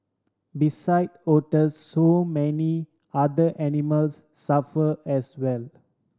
beside otters so many other animals suffer as well